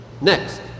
Next